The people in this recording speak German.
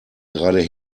gerade